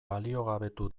baliogabetu